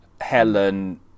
Helen